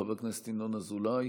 חבר הכנסת ינון אזולאי